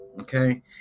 okay